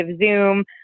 Zoom